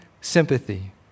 sympathy